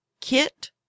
Kit